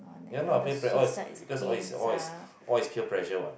ya not all play play is because all is all is all is peer pressure what